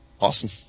Awesome